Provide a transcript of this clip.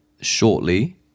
shortly